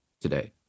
today